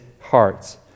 hearts